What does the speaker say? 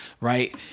right